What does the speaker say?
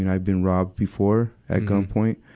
and i've been robbed before at gunpoint.